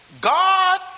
God